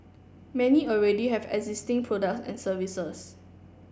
many already have existing product and services